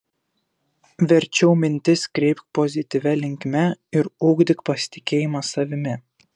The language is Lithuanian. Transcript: verčiau mintis kreipk pozityvia linkme ir ugdyk pasitikėjimą savimi